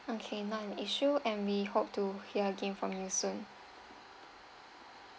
okay not an issue and we hope to hear again from you soon